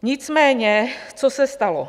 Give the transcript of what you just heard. Nicméně co se stalo?